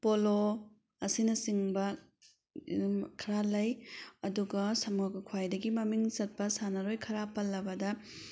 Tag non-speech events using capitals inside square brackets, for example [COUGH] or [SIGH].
polo ꯑꯁꯤꯅꯆꯤꯡꯕ ꯈꯔ ꯂꯩ ꯑꯗꯨꯒ [UNINTELLIGIBLE] ꯈ꯭ꯋꯥꯏꯗꯒꯤ ꯃꯃꯤꯡ ꯆꯠꯄ ꯁꯥꯟꯅꯔꯣꯏ ꯈꯔ ꯄꯜꯂꯕꯗ